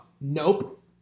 Nope